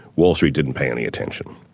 wall street didn't pay any attention.